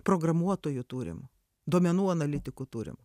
programuotojų turim duomenų analitikų turim